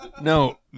No